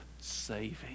saving